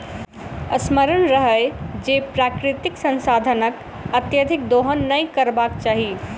स्मरण रहय जे प्राकृतिक संसाधनक अत्यधिक दोहन नै करबाक चाहि